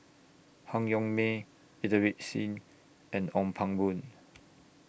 Han Yong May Inderjit Singh and Ong Pang Boon